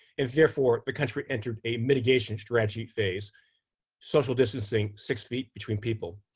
and therefore, the country entered a mitigation strategy phase social distancing, six feet between people.